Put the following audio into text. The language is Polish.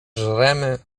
żremy